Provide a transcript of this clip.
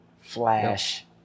Flash